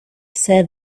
said